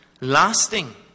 lasting